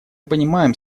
понимаем